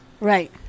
Right